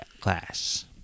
class